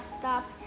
stop